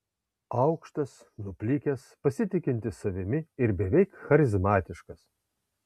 aukštas nuplikęs pasitikintis savimi ir beveik charizmatiškas